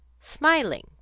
Smiling